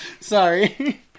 Sorry